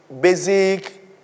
basic